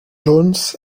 jones